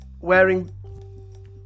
wearing